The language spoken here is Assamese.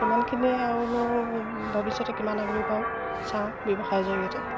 সিমানখিনি আৰুনো ভৱিষ্যতে কিমান আগবাঢ়িব পাৰোঁ চাওঁ ব্যৱসায়ৰ জৰিয়তে